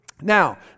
Now